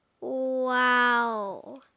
Wow